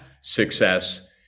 success